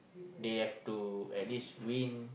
they have to at least win